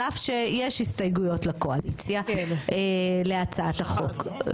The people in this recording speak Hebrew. על אף שיש לקואליציה הסתייגויות להצעת החוק,